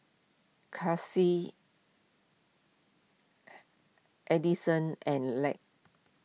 Chelsea Adyson and Lark